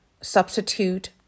substitute